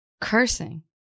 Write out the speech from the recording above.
Cursing